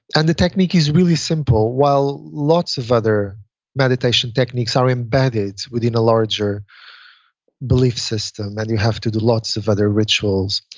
and the technique is really simple. while lots of other meditation techniques are embedded within a larger belief system and you have to do lots of other rituals,